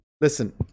Listen